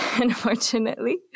unfortunately